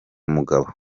mugabo